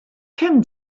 kemm